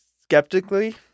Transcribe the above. Skeptically